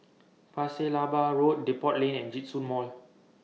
Pasir Laba Road Depot Lane and Djitsun Mall